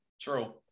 True